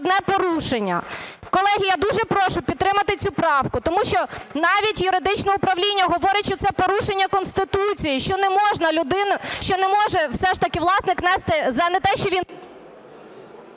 одне порушення. Колеги, я дуже прошу підтримати цю правку, тому що навіть юридичне управління говорить, що це порушення Конституції, що не може все ж таки власник нести за не те, що він…